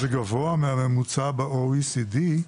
זה גבוה מהממוצע ב-OECD,